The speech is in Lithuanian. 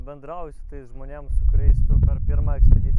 bendrauji su tais žmonėm su kuriais tu pirma ekspedicija